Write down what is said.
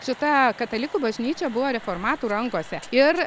šita katalikų bažnyčia buvo reformatų rankose ir